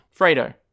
Fredo